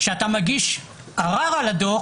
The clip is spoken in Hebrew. כשאתה מגיש ערר על הדוח,